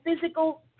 physical